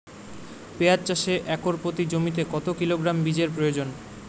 পেঁয়াজ চাষে একর প্রতি জমিতে কত কিলোগ্রাম বীজের প্রয়োজন?